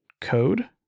code